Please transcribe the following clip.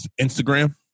Instagram